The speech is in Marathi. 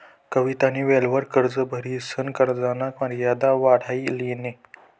कवितानी वेळवर कर्ज भरिसन कर्जना मर्यादा वाढाई लिनी